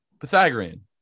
Pythagorean